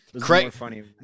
Craig